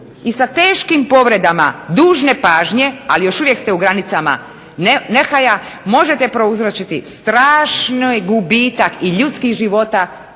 i sa teškim povredama dužne pažnje, ali još uvijek ste u granicama nehaja, možete prouzročiti strašni gubitak i ljudskih života